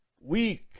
weak